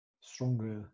stronger